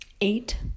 eight